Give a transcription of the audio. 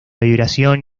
vibración